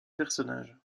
personnages